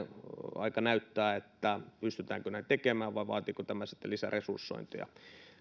aika näyttää pystytäänkö näin tekemään vai vaatiiko tämä sitten lisäresursointeja